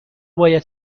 باید